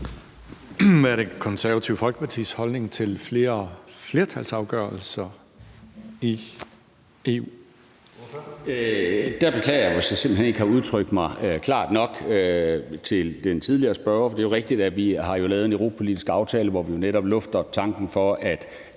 Der beklager jeg, hvis jeg simpelt hen ikke har udtrykt mig klart nok til den tidligere spørger. For det er rigtigt, at vi har lavet en europapolitisk aftale, hvor vi netop lufter tanken om, at